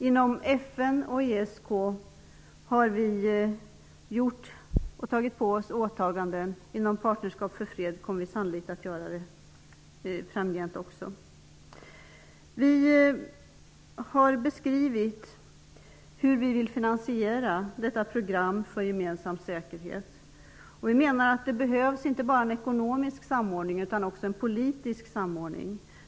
Inom FN och ESK har vi redan fullgjort olika åtaganden, och inom Partnerskap för fred kommer vi sannolikt också att göra det framgent. Vi har beskrivit hur vi vill finansiera vårt program för gemensam säkerhet. Det behövs inte bara en ekonomisk samordning utan också en politisk samordning.